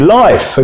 life